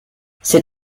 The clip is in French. c’est